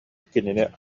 кинини